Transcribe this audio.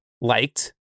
liked